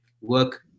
work